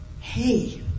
hey